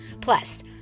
Plus